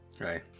Right